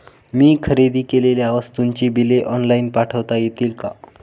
मी खरेदी केलेल्या वस्तूंची बिले ऑनलाइन पाठवता येतील का?